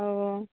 औ